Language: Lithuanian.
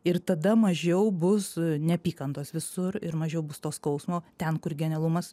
ir tada mažiau bus neapykantos visur ir mažiau bus to skausmo ten kur genialumas